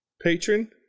patron